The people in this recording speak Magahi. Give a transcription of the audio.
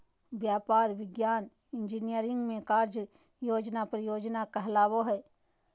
व्यापार, विज्ञान, इंजीनियरिंग में कार्य योजना परियोजना कहलाबो हइ